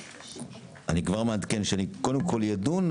אני כבר מעדכן שקודם כל יהיה דיון,